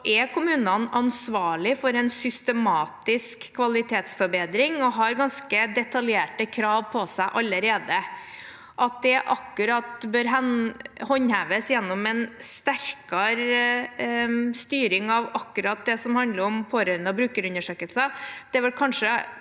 er kommunene ansvarlig for en systematisk kvalitetsforbedring og har ganske detaljerte krav på seg allerede. At det bør håndheves akkurat gjennom en sterkere styring av det som handler om pårørende- og brukerundersøkelser, er vel kanskje